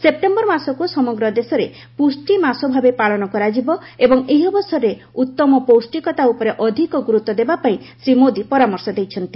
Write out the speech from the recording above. September ମାସକୁ ସମଗ୍ର ଦେଶରେ ପୁଷ୍ଟି ମାସ ଭାବେ ପାଳନ କରାଯିବ ଏବଂ ଏହି ଅବସରରେ ଉତ୍ତମ ପୌଷ୍ଟିକତା ଉପରେ ଅଧିକ ଗ୍ରରତ୍ନ ଦେବାପାଇଁ ଶ୍ୱୀ ମୋଦି ପରାମର୍ଶ ଦେଇଛନ୍ତି